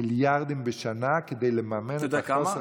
מיליארדים בשנה כדי לממן את החוסר הזה.